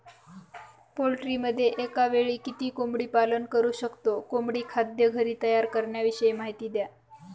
पोल्ट्रीमध्ये एकावेळी किती कोंबडी पालन करु शकतो? कोंबडी खाद्य घरी तयार करण्याविषयी माहिती द्या